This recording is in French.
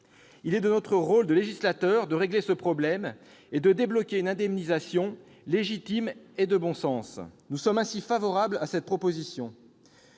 Il est de notre rôle de législateur de régler ce problème et de débloquer une indemnisation légitime et de bon sens. Nous sommes ainsi favorables à cette proposition